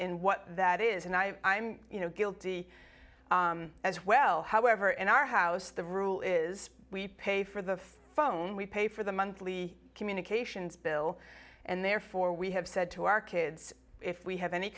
in what that is and i am guilty as well however in our house the rule is we pay for the phone we pay for the monthly communications bill and therefore we have said to our kids if we have any